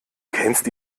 kennst